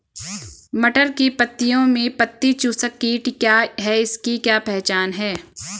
मटर की पत्तियों में पत्ती चूसक कीट क्या है इसकी क्या पहचान है?